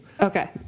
Okay